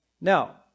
Now